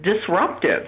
disruptive